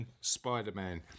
Spider-Man